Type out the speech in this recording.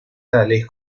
tales